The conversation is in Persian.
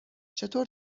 چطور